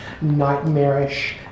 nightmarish